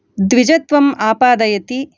द्विजत्वम् आपादयति